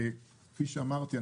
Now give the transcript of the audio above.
כפי שאמרתי,